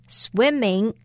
swimming